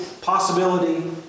possibility